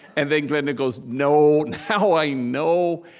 and then glenda goes, no, now i know.